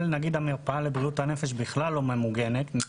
אבלן המרפאה לבריאות הנפש בכלל לא ממוגנת.